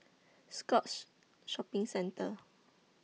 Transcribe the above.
Scotts Shopping Centre